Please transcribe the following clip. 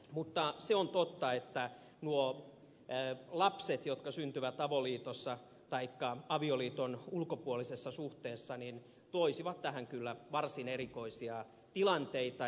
mutta se on totta että nuo lapset jotka syntyvät avoliitossa taikka avioliiton ulkopuolisessa suhteessa toisivat tähän kyllä varsin erikoisia tilanteita